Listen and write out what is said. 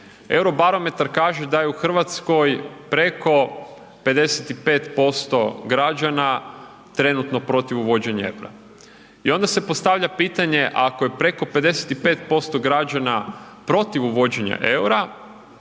Eurobarometar kaže da je u Hrvatskoj preko 55% građana trenutno protiv uvođenja EUR-a. I onda se postavlja pitanje ako je preko 55% građana protiv uvođenja EUR-a,